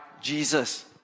Jesus